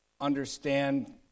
understand